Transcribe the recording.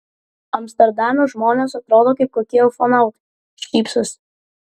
amsterdame žmonės atrodo kaip kokie ufonautai šypsosi